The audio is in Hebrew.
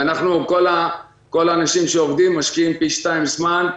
כל האנשים שעובדים משקיעים פי שתיים זמן.